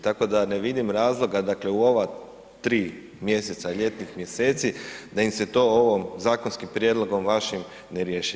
Tako da ne vidim razloga dakle u ova tri mjeseca ljetnih mjeseci da im se to ovom, zakonskim prijedlogom vašim ne riješi.